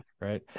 right